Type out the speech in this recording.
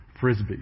Frisbee